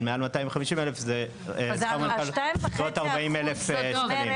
של מעל 250,000 זה בסביבות 40,000 שקלים.